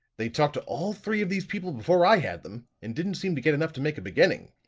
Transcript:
they talked to all three of these people before i had them, and didn't seem to get enough to make a beginning.